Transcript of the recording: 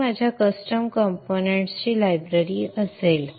ही custom components ची library असेल